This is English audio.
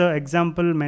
example